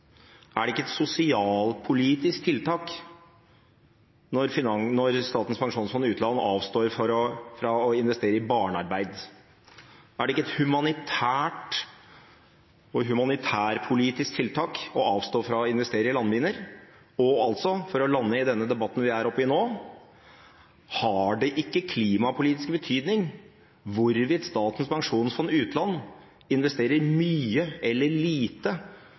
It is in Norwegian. barnearbeid? Er det ikke et humanitært og humanitærpolitisk tiltak å avstå fra å investere i landminer? Og, for å lande i denne debatten vi er oppe i nå: Har det ikke klimapolitisk betydning hvorvidt Statens pensjonsfond utland investerer mye eller lite